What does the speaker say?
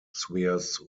swears